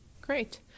Great